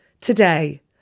today